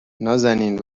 نازنین